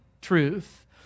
truth